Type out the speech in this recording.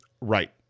Right